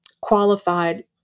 qualified